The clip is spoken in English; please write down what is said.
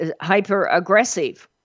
hyper-aggressive